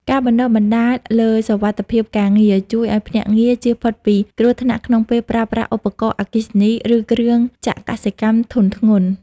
ការបណ្ដុះបណ្ដាលលើ "សុវត្ថិភាពការងារ" ជួយឱ្យភ្នាក់ងារជៀសផុតពីគ្រោះថ្នាក់ក្នុងពេលប្រើប្រាស់ឧបករណ៍អគ្គិសនី ឬគ្រឿងចក្រកសិកម្មធុនធ្ងន់។